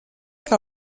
que